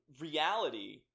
reality